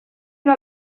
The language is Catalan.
una